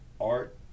art